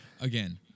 again